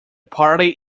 party